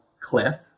cliff